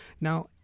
Now